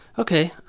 okay.